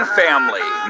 family